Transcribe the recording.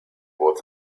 was